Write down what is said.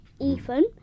Ethan